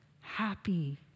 Happy